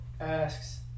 asks